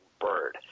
Bird